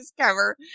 cover